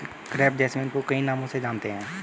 crepe jasmine को कई नामों से जानते हैं